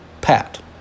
pat